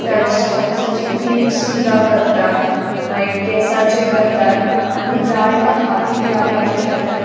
touch स्टॉकिंग्साची clips सुद्दां करतात मागीर केंसाचें करतात आनी जाय तें हाताक घालपाचें करतात